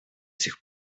сих